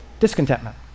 Discontentment